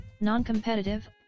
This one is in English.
non-competitive